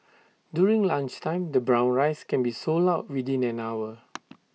during lunchtime the brown rice can be sold out within an hour